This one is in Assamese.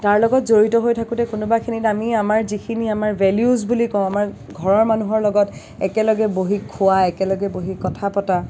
তাৰ লগত জড়িত হৈ থাকোঁতে কোনোবাখিনিত আমি আমাৰ যিখিনি আমাৰ ভেলিউজ বুলি কওঁ আমাৰ ঘৰৰ মানুহৰ লগত একেলগে বহি খোৱা একেলগে বহি কথা পতা